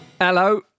Hello